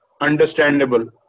understandable